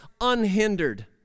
unhindered